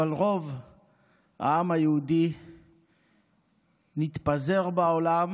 אבל רוב העם היהודי מתפזר בעולם